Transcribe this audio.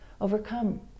overcome